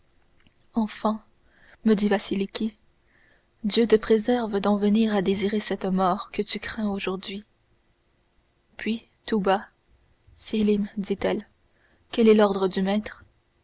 dit vasiliki dieu te préserve d'en venir à désirer cette mort que tu crains aujourd'hui puis tout bas sélim dit-elle quel est l'ordre du maître